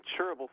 insurable